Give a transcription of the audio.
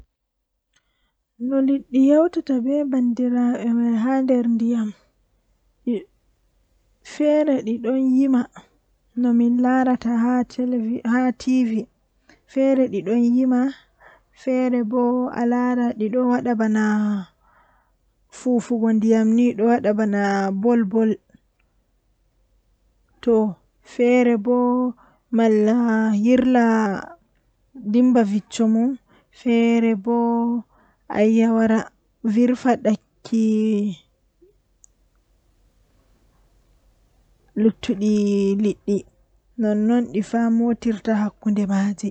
Kanjum fu mi sifan mi lara ko fe'e haa wakkati man jeɓa tomin lori wakkati man mi viya nda ko waawata fe'a yeeso man, Nden mi dasa hakkiilo mabɓe masin mi wawan mi tefa ceede be man malla mi wadan ko hilnata be masin.